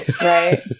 Right